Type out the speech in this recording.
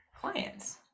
clients